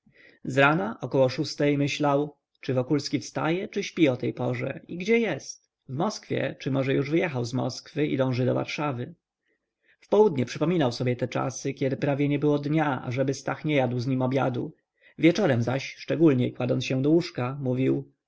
zrana około szóstej myślał czy wokulski wstaje czy śpi o tej porze i gdzie jest w moskwie czy może już wyjechał z moskwy i dąży do warszawy w południe przypominał sobie te czasy kiedy prawie nie było dnia ażeby stach nie jadł z nim obiadu wieczorem zaś szczególniej kładąc się do łóżka mówił